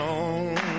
on